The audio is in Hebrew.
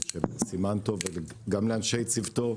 מר משה בר סימן טוב, וגם לאנשי צוותו.